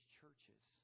churches